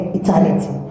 eternity